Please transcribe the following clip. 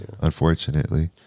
unfortunately